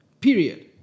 period